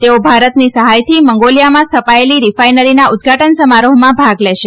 તેઓ ભારતની સહાયથી મંગોલીયામાં સ્થપાયેલી રિફાઈનરીના ઉદઘાટન સમારોહમાં ભાગ લેશે